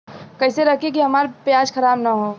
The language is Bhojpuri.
कइसे रखी कि हमार प्याज खराब न हो?